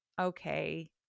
okay